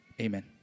Amen